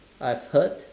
I've heard